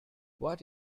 what